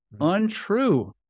Untrue